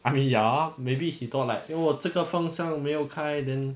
I mean ya maybe he thought like 因为我这个风扇没有开 then